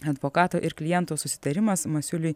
advokato ir kliento susitarimas masiuliui